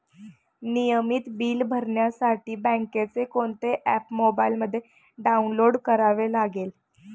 नियमित बिले भरण्यासाठी बँकेचे कोणते ऍप मोबाइलमध्ये डाऊनलोड करावे लागेल?